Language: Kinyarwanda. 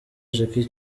jackie